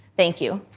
thank you.